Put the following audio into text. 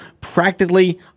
practically